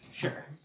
Sure